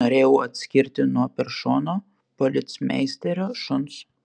norėjau atskirti nuo peršono policmeisterio šuns